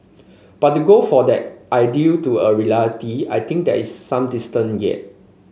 but to go for that ideal to a reality I think there is some distance yet